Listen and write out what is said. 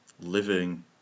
living